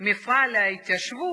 מפעל ההתיישבות,